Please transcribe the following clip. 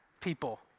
people